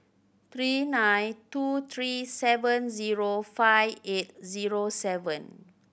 three nine two three seven zero five eight zero seven